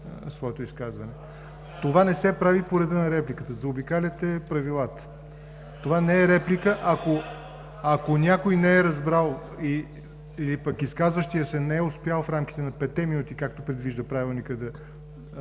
Това не се прави по реда на репликата, заобикаляте правилата. Това не е реплика, ако някой не е разбрал или пък изказващият се не е успял в рамките на петте минути, както предвижда Правилникът, да обоснове,